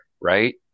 right